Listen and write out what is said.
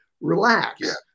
relax